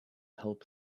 help